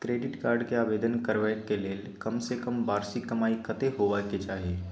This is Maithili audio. क्रेडिट कार्ड के आवेदन करबैक के लेल कम से कम वार्षिक कमाई कत्ते होबाक चाही?